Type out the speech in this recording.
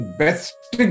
best